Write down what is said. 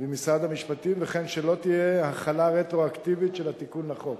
ועם משרד המשפטים וכן שלא תהיה החלה רטרואקטיבית של התיקון לחוק.